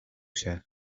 się